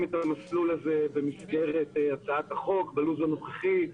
את הדברים במסגרת הצעת החוק בלו"ז הנוכחי.